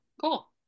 cool